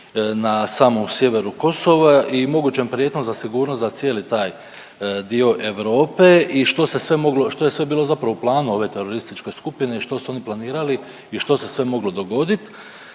na samom sjeveru Kosova i mogućom prijetnjom za sigurnost za cijeli taj dio Europe i što se sve moglo, što je sve bilo zapravo u planu ove terorističke skupine i što su oni planirali i što se sve moglo dogodit?